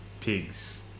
pigs